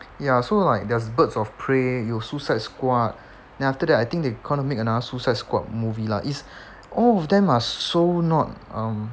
ya so like there's birds of prey 有 suicide squad then after that I think they gonna make another suicide squad movie lah it's all of them are so not um